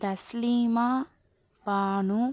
Taslima Banu